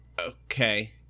okay